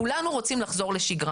כולנו רוצים לחזור לשגרה.